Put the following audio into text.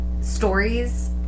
stories